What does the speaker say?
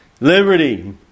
liberty